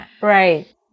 right